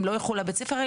הילדים לא ילכו לבית הספר?